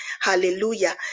Hallelujah